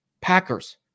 Packers